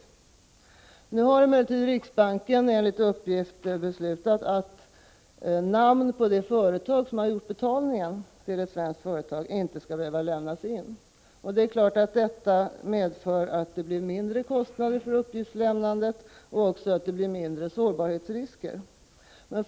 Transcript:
Riksbanken har emellertid nu enligt uppgift beslutat att namn på det företag som har gjort betalningen till ett svenskt företag inte skall behöva lämnas in. Självfallet medför detta både att det blir mindre kostnader för uppgiftslämnandet och att sårbarhetsriskerna minskar.